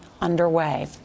underway